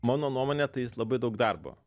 mano nuomone tai jis labai daug darbo